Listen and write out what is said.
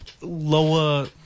lower